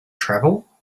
travel